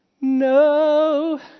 No